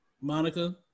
Monica